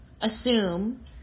assume